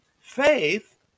Faith